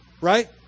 Right